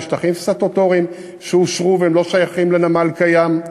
בשטחים סטטוטוריים שאושרו ולא שייכים לנמל קיים,